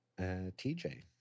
TJ